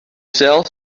cel